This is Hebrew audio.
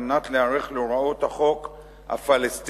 על מנת להיערך להוראות החוק הפלסטיני,